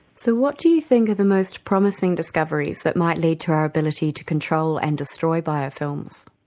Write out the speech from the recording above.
so what do you think are the most promising discoveries that might lead to our ability to control and destroy biofilms?